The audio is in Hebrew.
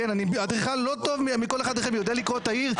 אני אדריכל לא טוב מכל אחד אחר ויודע לקרוא את העיר,